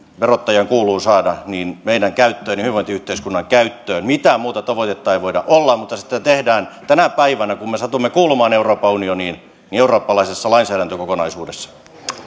verottajan kuuluu saada meidän käyttöömme ja hyvinvointiyhteiskunnan käyttöön mitään muuta tavoitetta ei voi olla mutta sitä tehdään tänä päivänä kun me satumme kuulumaan euroopan unioniin eurooppalaisessa lainsäädäntökokonaisuudessa